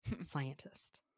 scientist